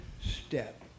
step